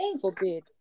forbid